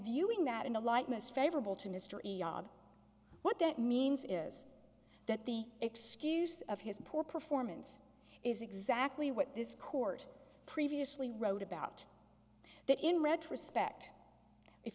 viewing that in the light most favorable to history what that means is that the excuse of his poor performance is exactly what this court previously wrote about that in retrospect if